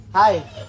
Hi